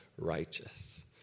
righteous